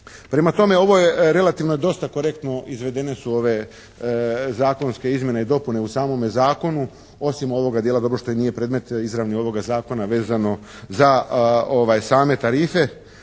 Prema tome, ovo je relativno dosta korektno izvedene su ove zakonske izmjene i dopune u samome zakonu osim ovoga dijela, dobro što nije predmet izravni ovoga Zakona vezano za same tarife.